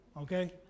Okay